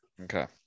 okay